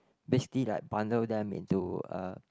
basically like bundle them into a